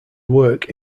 work